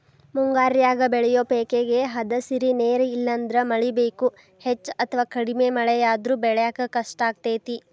ಮುಂಗಾರ್ಯಾಗ ಬೆಳಿಯೋ ಪೇಕೇಗೆ ಹದಸಿರಿ ನೇರ ಇಲ್ಲಂದ್ರ ಮಳಿ ಬೇಕು, ಹೆಚ್ಚ ಅಥವಾ ಕಡಿಮೆ ಮಳೆಯಾದ್ರೂ ಬೆಳ್ಯಾಕ ಕಷ್ಟಾಗ್ತೇತಿ